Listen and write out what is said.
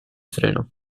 freno